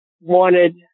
wanted